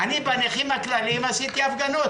בנכים הכלליים עשינו הפגנות,